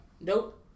nope